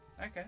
okay